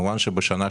כמובן שבשנה,